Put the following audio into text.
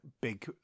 big